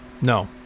No